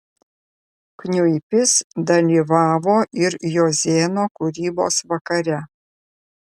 kniuipis dalyvavo ir jozėno kūrybos vakare